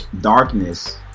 darkness